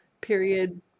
period